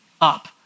up